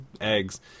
eggs